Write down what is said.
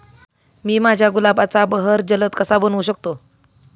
मी माझ्या गुलाबाचा बहर जलद कसा बनवू शकतो?